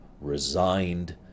Resigned